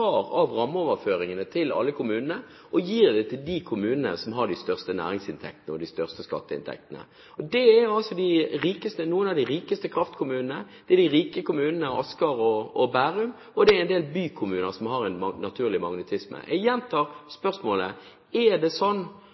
av rammeoverføringene til alle kommunene og gir til de kommunene som har de største næringsinntektene og de største skatteinntektene. Det er altså noen av de rikeste kraftkommunene, det er de rike kommunene Asker og Bærum, og det er en del bykommuner, som har en naturlig magnetisme. Jeg gjentar spørsmålet: Er det sånn